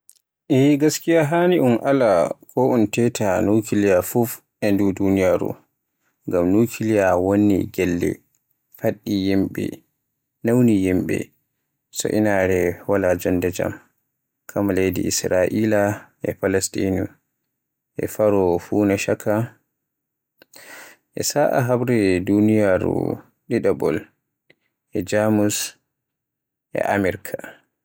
E gaskiya haani un ala ko un teeta nukiliya fuf a duniyaaru, ngam nukiliya wonni gelle, fadi yimɓe, nawni yimɓe to inaare wala jonnde jam, kamaa leydi Isira'ia e Palasdinu, e faroo funa caaka, e sa'i habre duniyaaru ɗiɗaɓol e Jamus e Amirk.